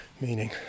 meaning